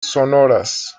sonoras